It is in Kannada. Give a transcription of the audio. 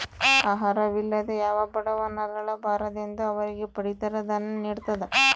ಆಹಾರ ವಿಲ್ಲದೆ ಯಾವ ಬಡವ ನರಳ ಬಾರದೆಂದು ಅವರಿಗೆ ಪಡಿತರ ದಾನ್ಯ ನಿಡ್ತದ